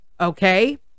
okay